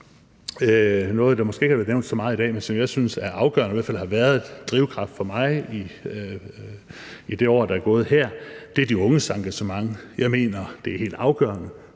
noget, der måske ikke er blevet nævnt så meget i dag, men som jeg synes er afgørende og i hvert fald har været en drivkraft for mig i det år, der er gået, og det er de unges engagement. Jeg mener, det er helt afgørende,